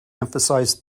emphasized